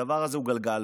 הדבר הזה הוא גלגל,